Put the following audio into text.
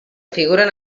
figuren